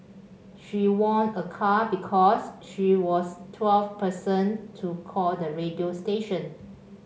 she won a car because she was twelfth person to call the radio station